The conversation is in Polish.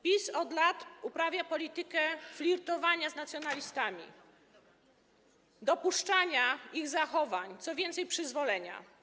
PiS od lat uprawia politykę flirtowania z nacjonalistami, dopuszczania do ich zachowań, co więcej, przyzwolenia.